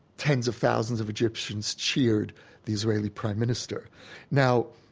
tens of thousands of egyptians cheered the israeli prime minister now,